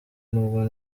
nubwo